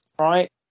right